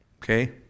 Okay